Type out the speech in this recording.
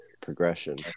progression